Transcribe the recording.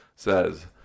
says